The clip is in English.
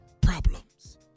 Problems